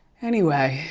anyway,